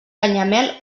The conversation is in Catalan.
canyamel